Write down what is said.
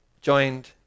joined